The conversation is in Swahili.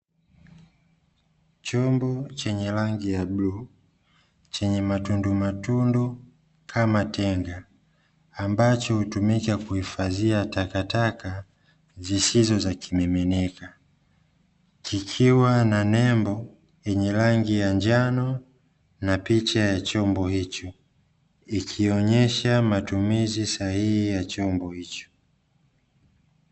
Chombo chenye rangi ya bluu, chenye matundumatundu kama tenga, ambacho hutumika kuhifadhia takataka zisizo za kiminika, kikiwa na nembo yenye rangi ya njano na picha ya chombo hicho ikionyesha matumizi sahihi ya chombo hicho.